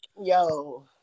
Yo